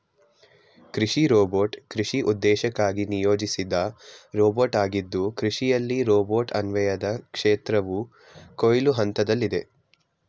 ಕೃಷಿ ರೋಬೋಟ್ ಕೃಷಿ ಉದ್ದೇಶಕ್ಕಾಗಿ ನಿಯೋಜಿಸಿದ ರೋಬೋಟಾಗಿದ್ದು ಕೃಷಿಯಲ್ಲಿ ರೋಬೋಟ್ ಅನ್ವಯದ ಕ್ಷೇತ್ರವು ಕೊಯ್ಲು ಹಂತದಲ್ಲಿದೆ